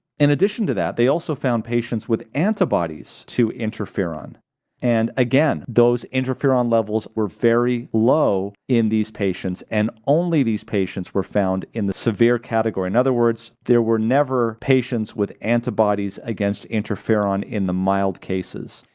in addition to that, they also found patients with antibodies to interferon and, again, those interferon levels were very low in these patients and only these patients were found in the severe category. in other words, there were never patients with antibodies against interferon in the mild cases,